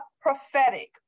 prophetic